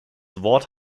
wort